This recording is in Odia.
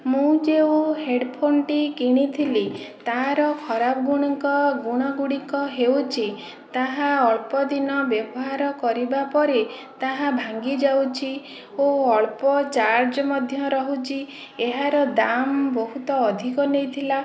ମୁଁ ଯେଉଁ ହେଡଫୋନ୍ଟି କିଣିଥିଲି ତା'ର ଖରାପ ଗୁଣକ ଗୁଣ ଗୁଡ଼ିକ ହେଉଛି ତାହା ଅଳ୍ପ ଦିନ ବ୍ୟବହାର କରିବା ପରେ ତାହା ଭାଙ୍ଗି ଯାଉଛି ଓ ଅଳ୍ପ ଚାର୍ଜ ମଧ୍ୟ ରହୁଛି ଏହାର ଦାମ୍ ବହୁତ ଅଧିକ ନେଇଥିଲା